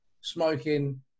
smoking